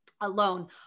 alone